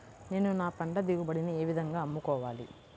నేను నా పంట దిగుబడిని ఏ విధంగా అమ్ముకోవాలి?